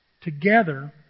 Together